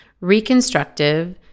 reconstructive